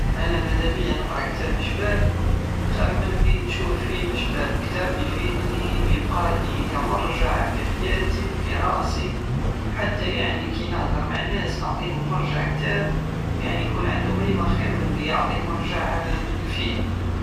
انا مادابيا نقرى كتاب شباب خير من لي نشوف فيلم شباب كتاب يفيدني ويبقالي كمرجع في حياتي وفي راسي حتى يعني كي نهدر مع ناس نعطيهم مرجع كتاب يعني يكون عندو قيمة خير من الي يكون عندو مرجع من فيلم